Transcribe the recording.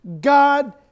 God